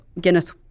Guinness